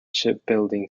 shipbuilding